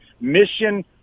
Mission